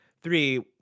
Three